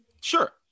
Sure